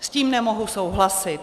S tím nemohu souhlasit.